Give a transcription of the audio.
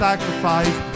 Sacrifice